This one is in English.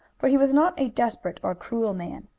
for he was not a desperate or cruel man.